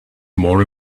more